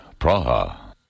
Praha